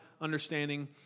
understanding